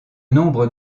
nombre